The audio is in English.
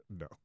No